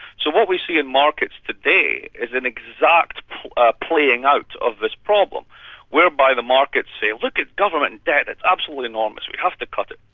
so what we see in markets today is an exact ah playing out of this problem whereby the markets say, look at government debt. it's absolutely enormous. we have to cut it.